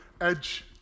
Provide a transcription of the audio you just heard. edge